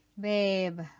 Babe